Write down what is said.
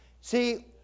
See